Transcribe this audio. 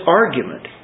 argument